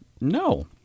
No